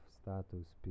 status